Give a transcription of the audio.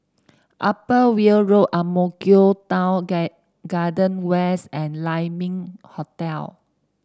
Upper Weld Road Ang Mo Kio Town Garden West and Lai Ming Hotel